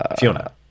Fiona